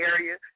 Area